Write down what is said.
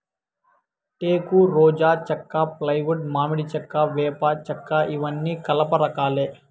టేకు, రోజా చెక్క, ఫ్లైవుడ్, మామిడి చెక్క, వేప చెక్కఇవన్నీ కలప రకాలే